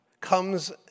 comes